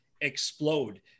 explode